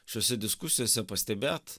šiose diskusijose pastebėt